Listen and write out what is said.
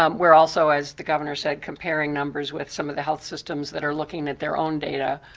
um we're also, as the governor said, comparing numbers with some of the health systems that are looking at their own data.